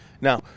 Now